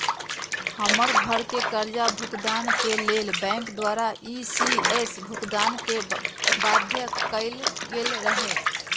हमर घरके करजा भूगतान के लेल बैंक द्वारा इ.सी.एस भुगतान के बाध्य कएल गेल रहै